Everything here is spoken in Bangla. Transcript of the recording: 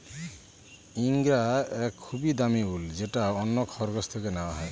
ইঙ্গরা এক খুবই দামি উল যেটা অন্য খরগোশ থেকে নেওয়া হয়